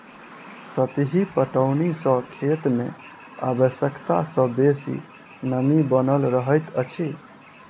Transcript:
सतही पटौनी सॅ खेत मे आवश्यकता सॅ बेसी नमी बनल रहैत अछि